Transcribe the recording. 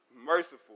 merciful